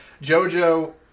JoJo